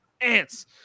ants